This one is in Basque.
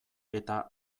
eta